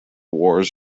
wars